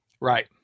Right